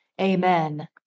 amen